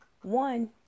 One